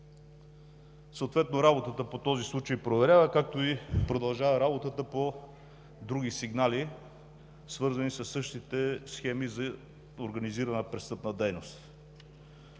НЕЛК. Работата по този случай продължава, както продължава и работата по други сигнали, свързани със същите схеми за организирана престъпна дейност.